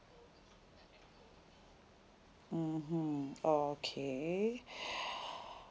mmhmm okay